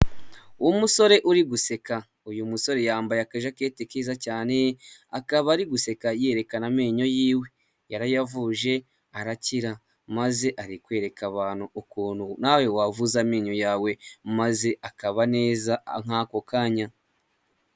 Umusore uri guseka, uyu musore yambaye akajaketi keza cyane akaba ari guseka yerekana amenyo yiwe, yarayavuje arakira maze arikwereka abantu ukuntu nawe wavuza amenyo yawe maze akaba neza nk'ako kanya.